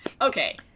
okay